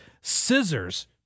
scissors